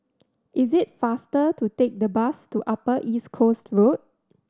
is it faster to take the bus to Upper East Coast Road